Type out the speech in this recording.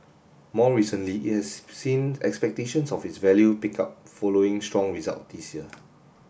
more recently it has seen expectations of its value pick up following strong result this year